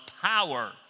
power